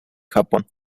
japón